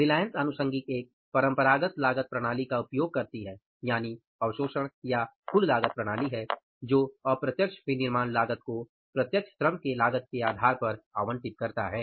रिलायंस आनुषंगीक एक पारंपरिक लागत प्रणाली का उपयोग करती है यानि अवशोषण या कुल लागत प्रणाली है जो अप्रत्यक्ष विनिर्माण लागत को प्रत्यक्ष श्रम लागत के आधार पर आवंटित करता है